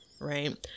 right